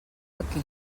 aquí